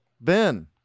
Ben